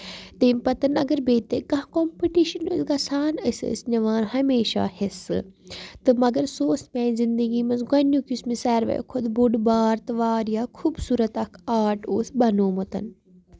تَمہِ پَتہٕ اَگر بیٚیہِ تہِ کانٛہہ کمپِٹِشن اوس گژھان أسۍ ٲسۍ نِوان ہمیشہ حِصہٕ تہٕ مَگر سُہ اوس میانہِ زندگی منٛز گۄڈٕنیُک یُس مےٚ ساروے کھۄتہٕ بوٚڑ بار تہٕ واریاہ خوٗبصوٗرت اکھ آرٹ اوس بَنومُت